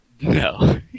No